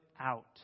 out